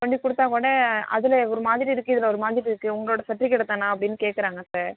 கொண்டு கொடுத்தாக்கூட அதில் ஒரு மாதிரி இருக்குது இதில் ஒரு மாதிரி இருக்குது உங்களோடய சர்ட்டிஃபிக்கேட்டு தானா அப்டினு கேக்குறாங்க சார்